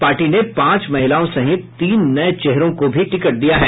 party ने पांच महिलाओं सहित तीन नये चेहरों को भी टिकट दिया है